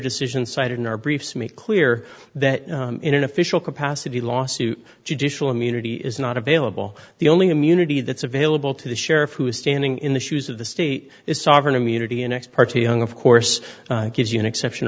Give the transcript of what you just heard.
decision cited in our briefs make clear that in an official capacity lawsuit judicial immunity is not available the only immunity that's available to the sheriff who is standing in the shoes of the state is sovereign immunity in ex parte young of course gives you an exception